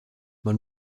man